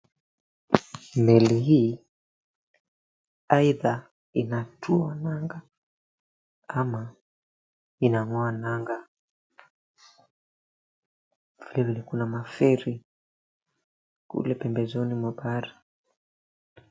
Meli hii aidha inatua nanga ama inang'oa nanga. Kuna maferi kule pembezoni mwa bahari.